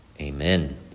Amen